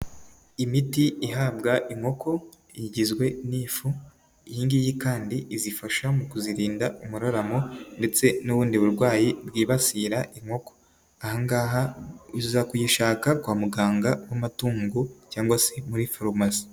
Imiti ihabwa inkoko, igizwe n'ifu ,iyi ngiyi kandi izifasha mu kuzirinda umuraramo ndetse n'ubundi burwayi bwibasira inkoko. Ahangaha iza kuyishaka kwa muganga w'amatungo cyangwa se muri farumasi.